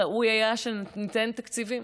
ראוי היה שניתן תקציבים.